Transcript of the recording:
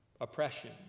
oppression